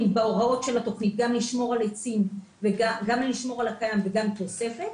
בהוראות של התוכנית גם לשמור על הקיים וגם תוספת.